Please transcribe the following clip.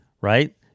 Right